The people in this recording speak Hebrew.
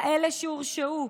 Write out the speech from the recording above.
כאלה שהורשעו,